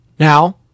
Now